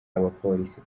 abapolisi